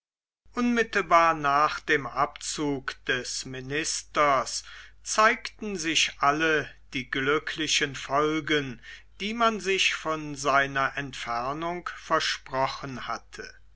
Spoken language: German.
unmittelbar nach dem abzug des ministers zeigten sich alle die glücklichen folgen die man sich von seiner entfernung versprochen hatte